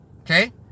okay